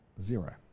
Zero